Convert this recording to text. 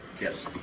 Yes